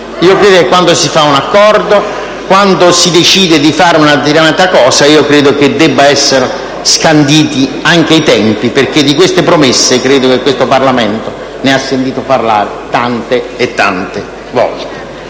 Credo che quando si fa un accordo, quando si decide di fare una determinata cosa, debbano essere scanditi anche i tempi, perché di queste promesse credo che questo Parlamento ne abbia sentito parlare tante e tante volte.